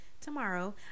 tomorrow